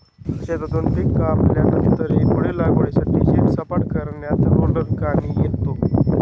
शेतातून पीक कापल्यानंतरही पुढील लागवडीसाठी शेत सपाट करण्यात रोलर कामी येतो